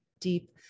deep